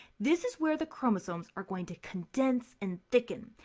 this is where the chromosomes are going to condense and thicken.